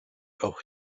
auch